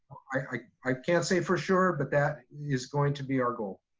i i can't say for sure, but that is going to be our goal.